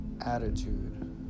attitude